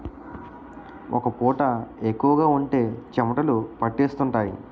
ఒక్క పూత ఎక్కువగా ఉంటే చెమటలు పట్టేస్తుంటాయి